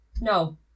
no